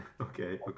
okay